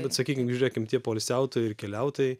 bet sakykim žiūrėkim tie poilsiautojai ir keliautojai